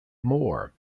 moore